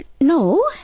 No